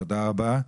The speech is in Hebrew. תודה רבה לך.